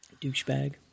Douchebag